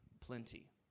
plenty